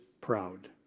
proud